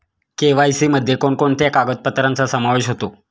KYC मध्ये कोणकोणत्या कागदपत्रांचा समावेश होतो?